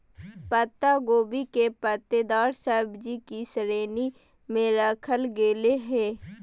पत्ता गोभी के पत्तेदार सब्जि की श्रेणी में रखल गेले हें